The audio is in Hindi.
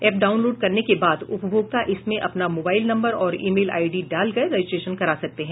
एप डाउनलोड करने के बाद उपभोक्ता इसमें अपना मोबाइल नम्बर और इमेल आईडी डालकर रजिस्ट्रेशन करा सकते हैं